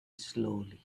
slowly